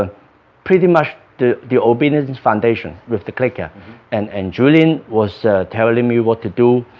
ah pretty much the the obedience and foundation with the clicker and and julien was telling me what to do